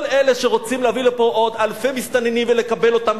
כל אלה שרוצים להביא לפה עוד אלפי מסתננים ולקבל אותם,